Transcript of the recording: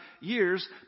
years